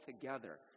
together